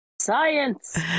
Science